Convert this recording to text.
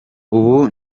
ubu